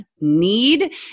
need